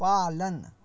पालन